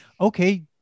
okay